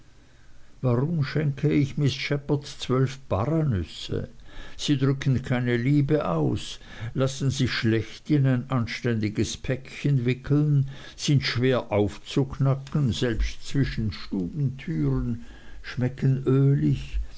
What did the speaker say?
warum schenke ich miß shepherd zwölf paranüsse sie drücken keine liebe aus lassen sich schlecht in ein anständiges päckchen wickeln sind schwer aufzuknacken selbst zwischen stubentüren schmecken ölig